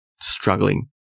struggling